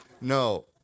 No